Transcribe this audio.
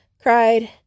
cried